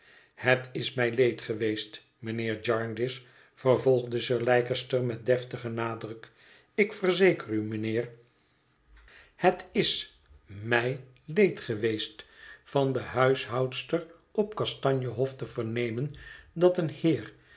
het is mij leed geweest mijnheer jarndyce vervolgde sir leicester met deftigen nadruk ik verzeker u mijnheer het is mij leed geweest van de huishoudster op kastanje hof te vernemen dat een heer